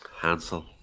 Hansel